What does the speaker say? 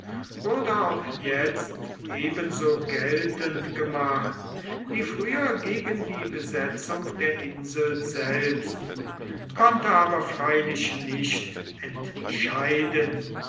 wurde auch jetzt ebenso geltend gemacht wie früher gegen die besetzung der insel selbst konnte aber freilich nicht entscheiden